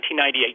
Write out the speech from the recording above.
1998